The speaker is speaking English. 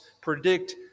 predict